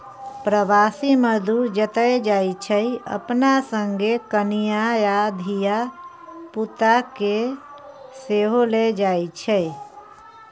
प्रबासी मजदूर जतय जाइ छै अपना संगे कनियाँ आ धिया पुता केँ सेहो लए जाइ छै